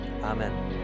Amen